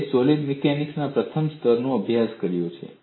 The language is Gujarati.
તે સોલીડ મિકેનિક્સ માં પ્રથમ સ્તરનો અભ્યાસક્રમ છે